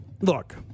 Look